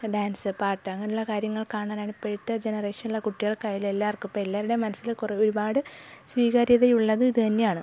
dance പാട്ട് അങ്ങനെയുള്ള കാര്യങ്ങൾ കാണാനാണ് ഇപ്പോഴത്തെ ജനറേഷനിലെ കുട്ടികൾക്കായാലും എല്ലാവർക്കും ഇപ്പം എല്ലാവരുടെയും മനസ്സിൽ കുറേ ഒരുപാട് സ്വീകാര്യത ഉള്ളതും ഇത് തന്നെയാണ്